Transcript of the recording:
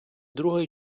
другої